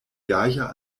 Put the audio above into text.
gaja